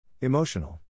Emotional